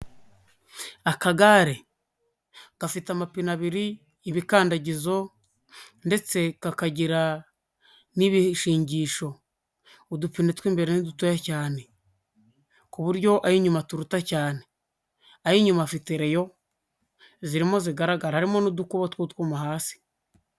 Akagare, gafite amapine abiri ibikandagizo ndetse kakagira n'ibishingisho, udupine tw'imbere ni dutoya cyane, ku buryo ay'inyuma aturuta cyane, ay'inyuma afite reyo zirimo zigaragara, harimo n'udukubo tw'utwuma hasi.